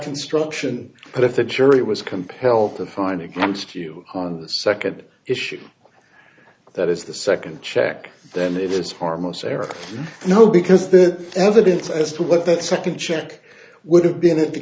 construction but if the jury was compelled to find against you on the second issue that is the second check then it is harmless error no because that evidence as to what that second check would have been if the